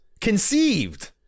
conceived